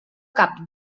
cap